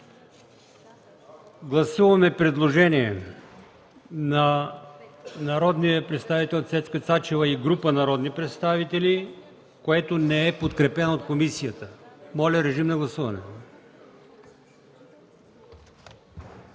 Гласуваме предложението от народния представител Цецка Цачева и група народни представители, което не е подкрепено от комисията. Гласували